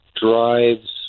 drives